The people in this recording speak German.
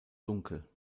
dunkel